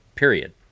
Period